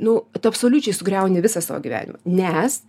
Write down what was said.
nu tu absoliučiai sugriauni visą savo gyvenimą nes